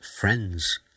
friends